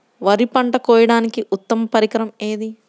వరి పంట కోయడానికి ఉత్తమ పరికరం ఏది?